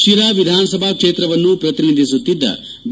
ಶಿರಾ ವಿಧಾನಸಭಾ ಕ್ಷೇತ್ರವನ್ನು ಪ್ರತಿನಿಧಿಸುತ್ತಿದ್ದ ಬಿ